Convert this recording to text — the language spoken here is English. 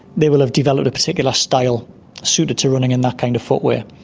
they will have developed a particular style suiting to running in that kind of footwear,